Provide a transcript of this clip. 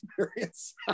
experience